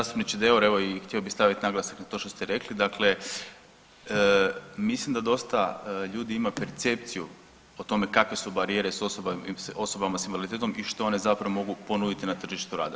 Zastupniče Deur, evo i htio bih staviti naglasak na ovo što ste rekli, dakle mislim da dosta ljudi ima percepciju o tome kakve su barijere s osobama s invaliditetom i što one zapravo mogu ponuditi na tržištu rada.